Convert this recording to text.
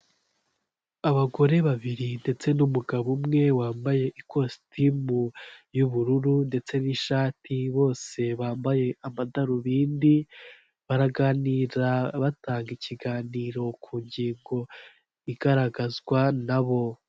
Umukobwa mwiza ufite ibisuko wambaye umupira w'umutuku, akaba imbere ye hari mudasobwa, akaba ari kureba ibiciro by'ibicuruzwa.